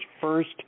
first